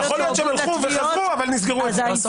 יכול להיות שהם הלכו וחזרו, אבל נסגרו אצלה.